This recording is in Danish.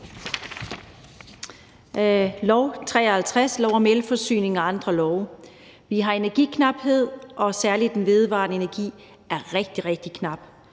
L 53, lov om elforsyning og andre love. Vi har energiknaphed, og særlig den vedvarende energi er rigtig,